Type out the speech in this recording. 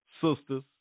Sisters